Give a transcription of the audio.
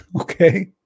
Okay